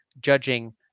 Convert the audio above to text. judging